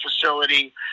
facility